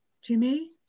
Jimmy